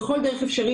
בכל דרך אפשרית.